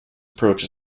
approach